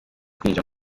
kwinjira